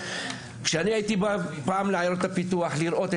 כשאני הייתי בא פעם לעיירות הפיתוח לראות,